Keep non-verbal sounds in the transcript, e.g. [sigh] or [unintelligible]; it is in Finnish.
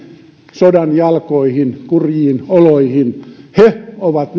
sodan jalkoihin kurjiin oloihin he ovat [unintelligible]